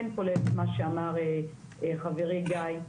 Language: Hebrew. כן כולל את מה שאמר חברי גיא,